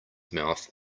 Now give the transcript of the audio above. mouth